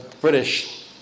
British